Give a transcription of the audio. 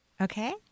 Okay